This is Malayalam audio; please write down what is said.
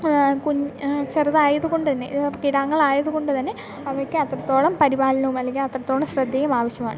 കുഞ്ഞ് ചെറുതായതുകൊണ്ട് തന്നെ കിടാങ്ങളായതുകൊണ്ട് തന്നെ അവയ്ക്ക് അത്രത്തോളം പരിപാലനവും അല്ലെങ്കിൽ അത്രത്തോളം ശ്രദ്ധയും ആവശ്യമാണ്